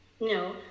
No